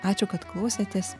ačiū kad klausėtės